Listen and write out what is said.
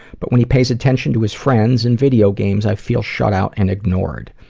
but when he pays attention to his friends and videogames, i feel shut out and ignored.